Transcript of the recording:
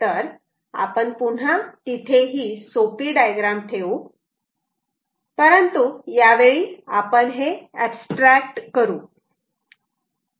तर आपण पुन्हा तिथे ही सोपी डायग्राम ठेवू परंतु यावेळी आपण हे अॅब्स्ट्रॅक्ट करू